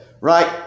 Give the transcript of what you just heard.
Right